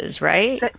right